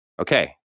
Okay